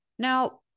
Now